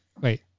Wait